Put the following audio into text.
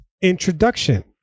introduction